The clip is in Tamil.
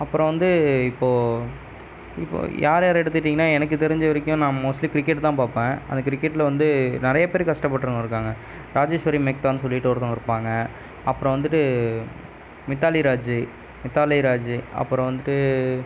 அப்புறம் வந்து இப்போது இப்போது யார் யார் எடுத்துக்கிட்டிங்கன்னா எனக்கு தெரிஞ்ச வரைக்கும் நான் மோஸ்ட்லி கிரிக்கெட் தான் பார்ப்பேன் அந்த கிரிக்கெட்டில் வந்து நிறைய பேர் கஷ்டப்பட்டவங்க இருக்காங்கள் ராஜேஸ்வரி மெக்டானு சொல்லிகிட்டு ஒருத்தவங்க இருப்பாங்கள் அப்புறம் வந்துகிட்டு மித்தாலி ராஜி மித்தாலி ராஜி அப்புறம் வந்துகிட்டு